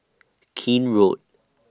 Keene Road